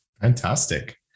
Fantastic